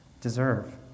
deserve